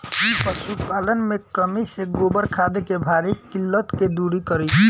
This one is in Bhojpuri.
पशुपालन मे कमी से गोबर खाद के भारी किल्लत के दुरी करी?